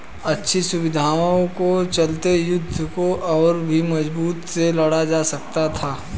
अच्छी सुविधाओं के चलते युद्ध को और भी मजबूती से लड़ा जा सकता था